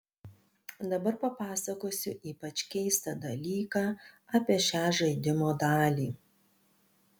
dabar papasakosiu ypač keistą dalyką apie šią žaidimo dalį